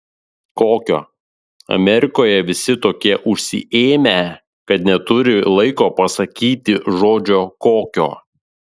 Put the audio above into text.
kokio amerikoje visi tokie užsiėmę kad neturi laiko pasakyti žodžio kokio